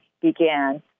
began